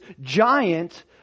giant